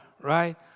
right